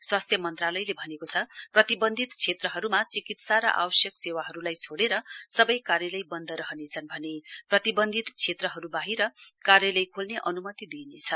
स्वास्थ्य मन्त्रालयले भनेको छ प्रतिवन्धित क्षेत्रहरुमा चिकित्सा र आवश्यक सेवाहरुलाई छोड़ेर सबै कार्यलय बन्द रहनेछन् भने प्रतिवन्धित क्षेत्रहरु बाहिर कार्यालय खोल्ने अनुमति दिइनेछ